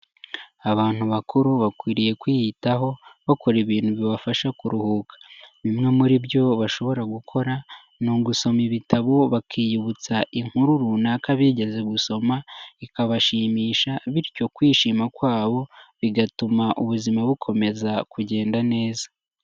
Abantu bakuru bakwiriye kwiyitaho bakora ibintu bibafasha kuruhuka. Bimwe muri ibyo bashobora gukora ni ugusoma ibitabo bakiyibutsa inkuru runaka bigeze gusoma ikabashimisha, bityo kwishima kwabo bigatuma ubuzima bukomeza kugenda neza.